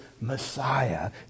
Messiah